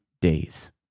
days